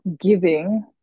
giving